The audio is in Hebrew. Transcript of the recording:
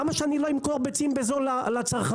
למה שאני לא אמכור ביצים בזול לצרכנים?